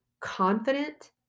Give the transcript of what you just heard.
confident